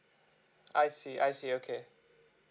I see I see okay